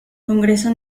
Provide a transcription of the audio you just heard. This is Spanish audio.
congreso